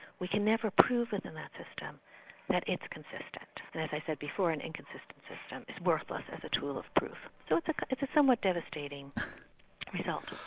we can never prove within that system that it's consistent. and as i said before, an inconsistent system is worthless as a tool of proof. so it's like it's a somewhat devastating result.